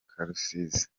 karusizi